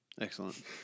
Excellent